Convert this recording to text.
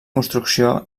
construcció